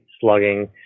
slugging